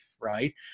Right